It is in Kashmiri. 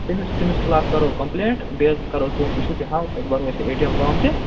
تٔمِس تٔمِس خِلاف کَرو کمپلینٛٹ بیٚیہِ حظ کَرو چون اِشوٗ تہِ حل بیٚیہِ بَرو أسۍ یہِ اے ٹی اٮ۪م فارم تہِ